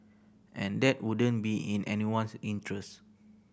and that wouldn't be in anyone's interest